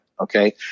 okay